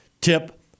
tip